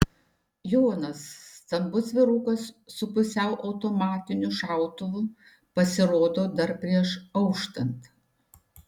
jonas stambus vyrukas su pusiau automatiniu šautuvu pasirodo dar prieš auštant